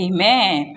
Amen